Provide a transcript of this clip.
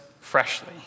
freshly